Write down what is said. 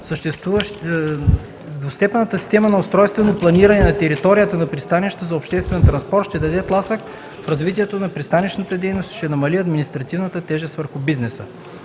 двустепенната система на устройствено планиране на територията на пристанищата за обществен транспорт ще даде тласък в развитието на пристанищната дейност и ще намали административната тежест върху бизнеса.